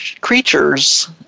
creatures